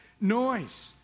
noise